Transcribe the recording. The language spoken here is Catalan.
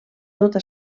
tota